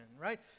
right